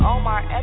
Omar